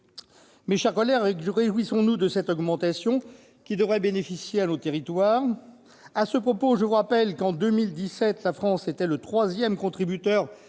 Mes chers collègues, réjouissons-nous de cette augmentation, qui devrait profiter à nos territoires. À ce propos, je vous rappelle qu'en 2017 la France était, en volume, le troisième contributeur